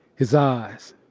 his eyes.